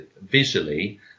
visually